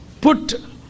put